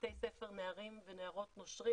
בבתי הספר נערים ונערות נושרים,